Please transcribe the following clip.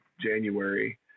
January